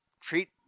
treat